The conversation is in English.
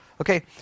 okay